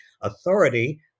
authority